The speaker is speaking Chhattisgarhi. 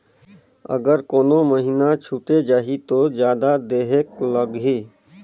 अगर कोनो महीना छुटे जाही तो जादा देहेक लगही?